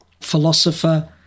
philosopher